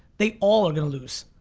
they all are gonna lose.